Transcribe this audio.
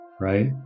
Right